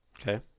okay